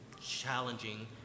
challenging